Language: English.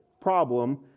problem